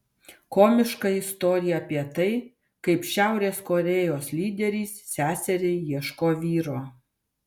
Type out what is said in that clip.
komiška istorija apie tai kaip šiaurės korėjos lyderis seseriai ieško vyro